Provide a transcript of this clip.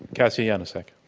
kassia yanosek.